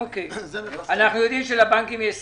אנחנו יודעים שלבנקים יש סיכון,